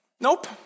Nope